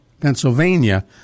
Pennsylvania